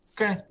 Okay